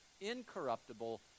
incorruptible